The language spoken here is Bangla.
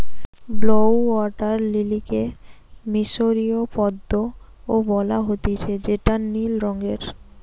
ব্লউ ওয়াটার লিলিকে মিশরীয় পদ্ম ও বলা হতিছে যেটা নীল রঙের